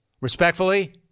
Respectfully